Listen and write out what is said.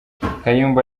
kayumba